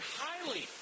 highly